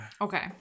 okay